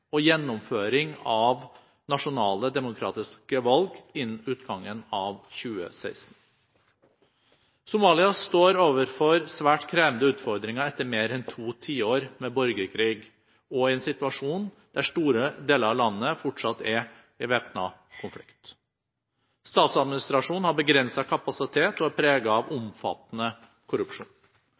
og gjennomføring av nasjonale, demokratiske valg innen utgangen av 2016. Somalia står overfor svært krevende utfordringer etter mer enn to tiår med borgerkrig og i en situasjon der store deler av landet fortsatt er i væpnet konflikt. Statsadministrasjonen har begrenset kapasitet og er preget av omfattende korrupsjon.